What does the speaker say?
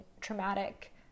traumatic